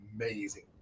amazing